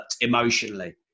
emotionally